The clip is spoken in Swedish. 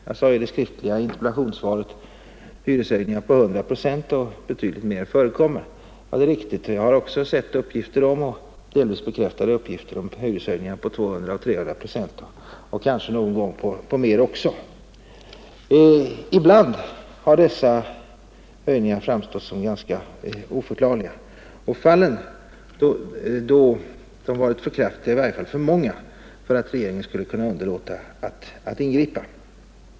I mitt interpellationssvar har jag angivit att hyreshöjningar på 100 procent eller mer förekommer, och jag har också sett delvis bekräftade uppgifter om höjningar på 200 eller 300 procent, någon gång ännu mer. Ibland har dessa höjningar framstått som ganska oförklarliga, och i varje fall har antalet fall av för kraftiga hyreshöjningar varit för många för att regeringen skall kunna underlåta att ingripa.